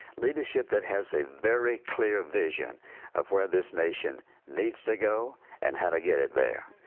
leadership that has a very clear vision of where this nation needs to go and how to get it there,